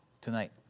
tonight